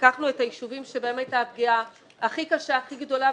לקחנו את הישובים בהם הייתה הפגיעה הכי קשה והכי גדולה.